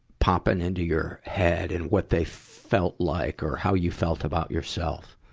popping into your head and what they felt like or how you felt about yourself.